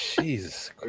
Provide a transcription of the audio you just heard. Jesus